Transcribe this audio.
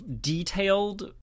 detailed